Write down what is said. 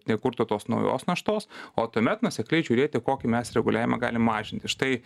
nekurtų tos naujos naštos o tuomet nuosekliai žiūrėti kokį mes reguliavimą galim mažinti štai